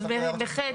מ-ח'.